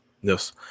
yes